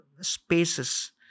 spaces